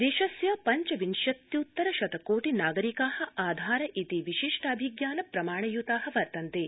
देशस्य पञ्चविंशत्युत्तर शत कोटि नागरिका आधार इति विशिष्टाभिज्ञान प्रमाणयुता वर्तन्ते